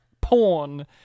porn